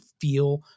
feel